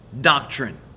doctrine